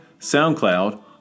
SoundCloud